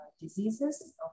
diseases